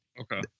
Okay